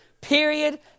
period